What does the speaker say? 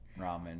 ramen